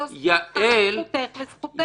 זאת זכותך, זכותך וזכותנו.